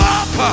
up